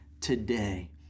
today